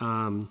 one